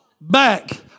back